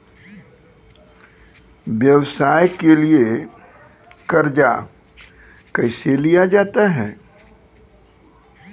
व्यवसाय के लिए कर्जा कैसे लिया जाता हैं?